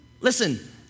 Listen